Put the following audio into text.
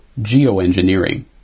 geoengineering